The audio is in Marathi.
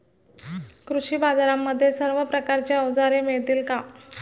कृषी बाजारांमध्ये सर्व प्रकारची अवजारे मिळतील का?